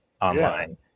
online